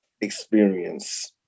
experience